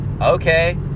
Okay